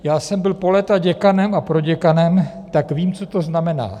Já jsem byl po léta děkanem a proděkanem, tak vím, co to znamená.